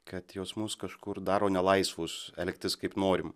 kad jos mus kažkur daro nelaisvus elgtis kaip norim